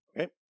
Okay